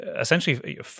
essentially